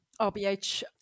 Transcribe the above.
RBH